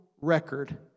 record